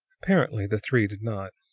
apparently the three did not.